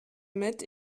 mit